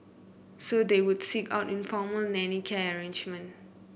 so they would seek out informal nanny care arrangement